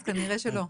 אז כנראה שלא.